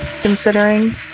considering